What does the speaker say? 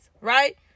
right